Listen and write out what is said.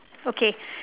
okay